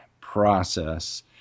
process